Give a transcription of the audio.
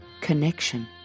connection